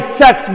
sex